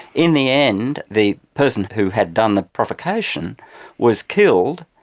in the end, the person who had done the provocation was killed,